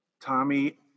Tommy